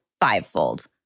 fivefold